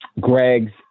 Greg's